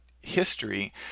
history